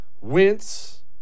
wince